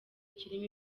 kirimo